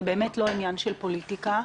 זה באמת לא עניין של פוליטיקה.